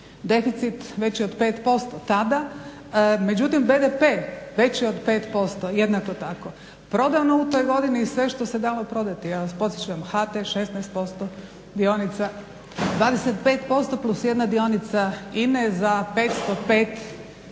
deficit veći od 5% tada, međutim BDP veći od 5% jednako tako. Prodano u toj godini sve što se dalo prodati. Ja vas podsjećam HT 16% dionica, 25% + 1 dionica INA-e za 505 jadnih